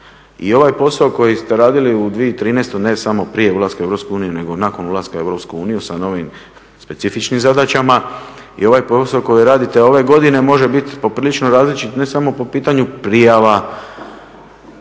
i ovaj posao koji ste radili u 2013., ne samo prije ulaska u EU, nego nakon ulaska u EU sa novim specifičnim zadaćama i ovaj posao koji radite ove godine može biti poprilično različit, ne samo po pitanju prijava,